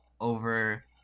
over